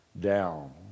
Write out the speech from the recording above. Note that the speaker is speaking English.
down